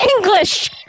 English